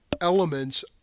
elements